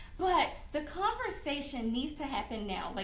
but the conversation needs to happen now. like